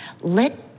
Let